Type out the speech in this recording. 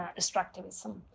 extractivism